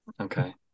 Okay